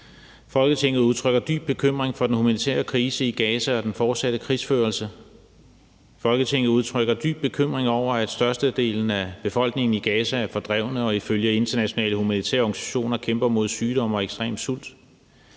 Folketinget udtrykker dyb bekymring for den humanitære krise i Gaza og den fortsatte krigsførelse. Folketinget udtrykker dyb bekymring over, at størstedelen af befolkningen i Gaza er fordrevne og ifølge internationale humanitære organisationer kæmper med sygdom og ekstrem sult.